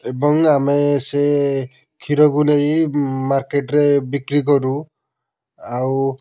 ଏବଂ ଆମେ ସେ କ୍ଷୀରକୁ ନେଇ ମାର୍କେଟ୍ରେ ବିକ୍ରି କରୁ ଆଉ